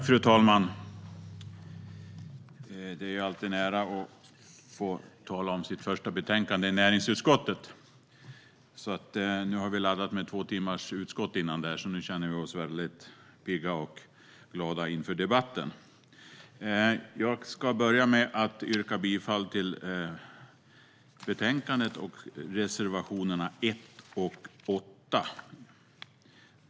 Fru talman! Det är alltid en ära att få tala om sitt första betänkande i näringsutskottet. Nu har vi laddat med två timmars utskottssammanträde inför det här, så vi känner oss pigga och glada inför debatten! Jag yrkar bifall till utskottets förslag i betänkandet utom i fråga om punkterna 1 och 3, där jag yrkar bifall till reservationerna 1 och 8.